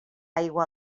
aigua